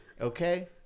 Okay